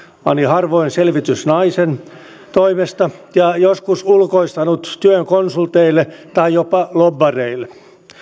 ani harvoin selvitysnaisen toimesta ja joskus ulkoistaneet työn konsulteille tai jopa lobbareille